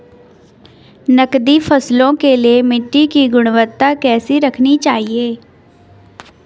नकदी फसलों के लिए मिट्टी की गुणवत्ता कैसी रखनी चाहिए?